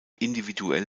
individuell